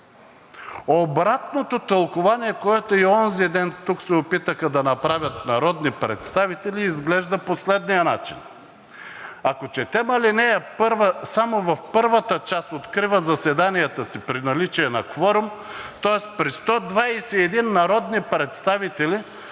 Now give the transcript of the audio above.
Обратното тълкувание, което и онзи ден тук се опитаха да направят народни представители, изглежда по следния начин, ако четем ал. 1 само в първата част: „Открива заседанията си при наличие на кворум...“ тоест при 121 народни представители